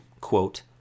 quote